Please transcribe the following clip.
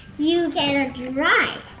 you can dry.